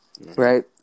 Right